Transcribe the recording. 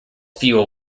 fuel